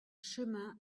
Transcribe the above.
chemin